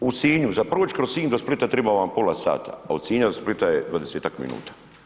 U Sinju, za proći kroz Sinj do Splita treba vam pola sata a od Sinja do Splita je 20-ak minuta.